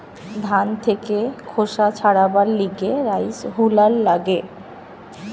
ধান থেকে খোসা ছাড়াবার লিগে রাইস হুলার লাগে